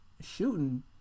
shooting